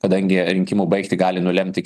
kadangi rinkimų baigtį gali nulemti